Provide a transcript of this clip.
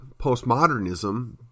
postmodernism